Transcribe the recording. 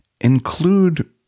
include